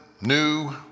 new